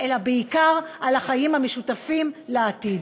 אלא בעיקר אל החיים המשותפים לעתיד.